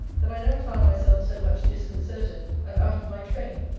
that i never found myself so much disconcerted, and out of my train.